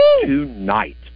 tonight